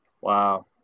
Wow